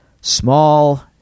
small